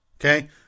Okay